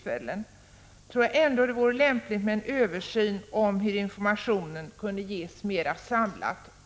upprepas tror jag att det vore lämpligt att nu genomföra en översyn av hur informationen kunde ges mera samlat.